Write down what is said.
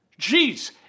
Jeez